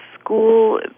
school